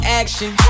action